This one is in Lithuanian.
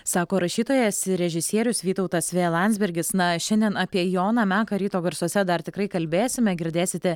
sako rašytojas režisierius vytautas v landsbergis na šiandien apie joną meką ryto garsuose dar tikrai kalbėsime girdėsite